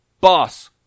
Boss